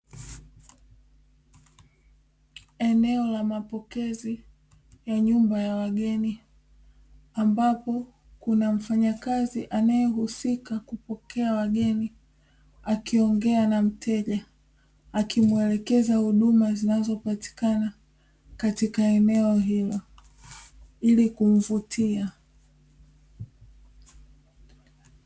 Eneo la mapokezi ya nyumba ya wageni, ambapo kuna mfanyakazi anayehusika kupokea wageni akiongea na mteja akimwelekeza huduma zinazopatikana katika eneo hilo ili kumvutia.